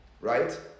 Right